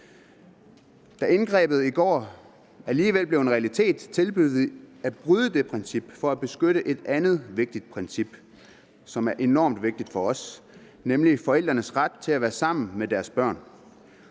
Da indgrebet i går alligevel blev en realitet, tilbød vi at bryde det princip for at beskytte et andet princip, som er enormt vigtigt for os, nemlig forældrenes ret til at være sammen med deres børn.